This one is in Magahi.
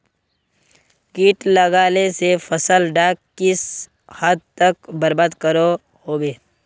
किट लगाले से फसल डाक किस हद तक बर्बाद करो होबे?